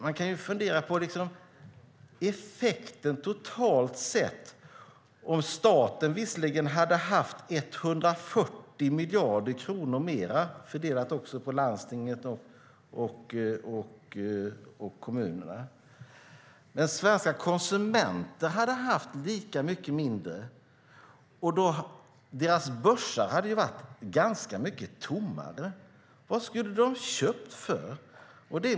Man kan fundera på effekten totalt sett om staten visserligen hade haft 140 miljarder kronor mer att fördela, även på landstingen och kommunerna, men svenska konsumenter hade haft lika mycket mindre. Deras börsar hade då varit ganska mycket tunnare. Vad skulle de ha köpt för?